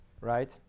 right